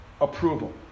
approval